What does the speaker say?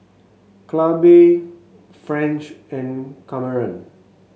Clabe French and Kamren